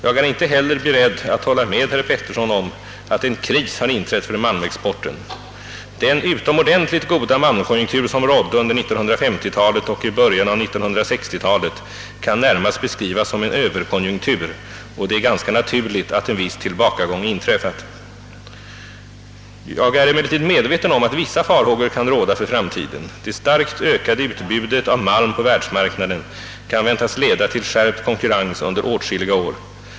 Jag är inte heller beredd att hålla med herr Petersson om att en kris har inträtt för malmexporten. Den utomordentligt goda malmkonjunktur som rådde under 1950-talet och i början av 1960-talet kan närmast beskrivas som en Överkonjunktur, och det är ganska naturligt att en viss tillbakagång inträffat. Jag är emellertid medveten om att vissa farhågor kan råda för framtiden. Det starkt ökade utbudet av malm på världsmarknaden kan väntas leda till skärpt konkurrens under åtskilliga år.